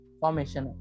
formation